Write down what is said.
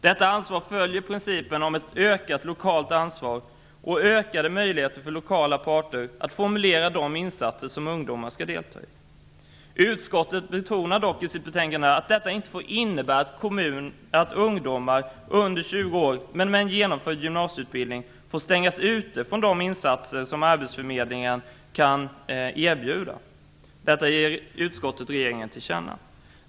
Detta ansvar följer principen om ett ökat lokalt ansvar och ökade möjligheter för lokala parter att formulera de insatser som ungdomarna skall delta i. Utskottet betonar dock i sitt betänkande att detta inte får innebära att ungdomar under 20 år med genomförd gymnasieutbildning får stängas ute från de insatser som arbetsförmedlingen kan erbjuda. Detta ger utskottet regeringen till känna.